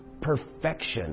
perfection